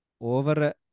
over